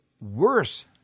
worse